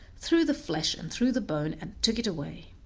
through the flesh and through the bone, and took it away.